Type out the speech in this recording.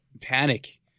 panic